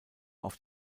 auf